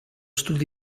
studio